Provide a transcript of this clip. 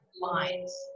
lines